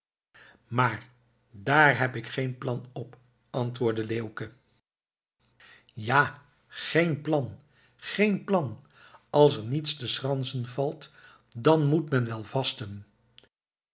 maar daar heb ik geen plan op antwoordde leeuwke ja geen plan geen plan als er niets te schransen valt dan moet men wel vasten